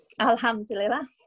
alhamdulillah